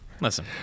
Listen